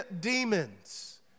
demons